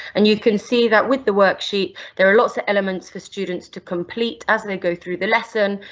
and you can see that with the worksheet there are lots of elements for students to complete as they go through the lesson.